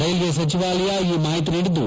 railway ಸಚಿವಾಲಯ ಈ ಮಾಹಿತಿ ನೀಡಿದ್ದು